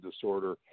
disorder